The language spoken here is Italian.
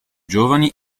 giovani